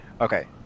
Okay